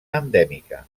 endèmica